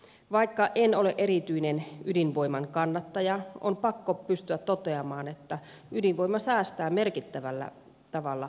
vaikka en ole erityinen ydinvoiman kannattaja on pakko pystyä toteamaan että ydinvoima säästää merkittävällä tavalla päästöjä